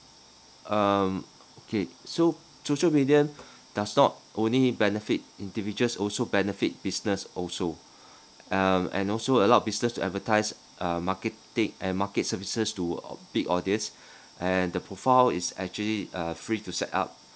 um K so social media does not only benefit individuals also benefit business also uh and also allow business advertise uh marketing and market services to big audience and the profile is actually uh free to set up